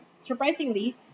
surprisingly